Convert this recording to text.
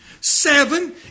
Seven